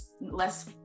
less